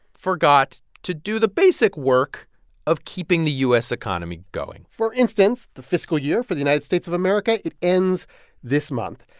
forgot to do the basic work of keeping the u s. economy going for instance, the fiscal year for the united states of america it ends this month.